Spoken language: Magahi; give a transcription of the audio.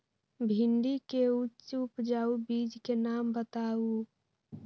भिंडी के उच्च उपजाऊ बीज के नाम बताऊ?